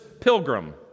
pilgrim